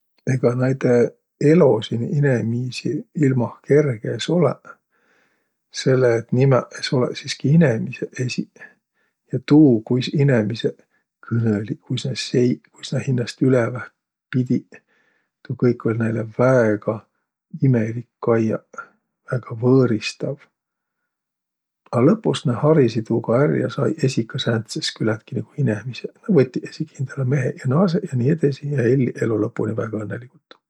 Egaq näide elo siin inemiisi ilmah kerge es olõq, selle et nimäq es olõq siski inemiseq esiq, ja tuu, kuis inemiseq kõnõliq, kuis nä seiq, kuis nä hinnäst üleväq pidiq, tuu kõik oll' näile väega imelik kaiaq, väega võõristav. A lõpus nä harisiq tuuga ärq ja sai esiq kah sääntsis küländki, nigu inemiseq. Võtiq esiki hindäle meheq ja naasõq ja nii edesi ja elliq elo lõpuni väega õnnõligult.